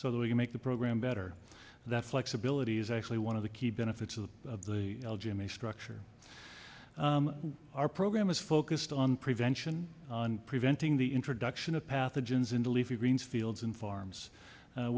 so that we can make the program better that flexibility is actually one of the key benefits of the l g m a structure our program is focused on prevention and preventing the introduction of pathogens into leafy greens fields and farms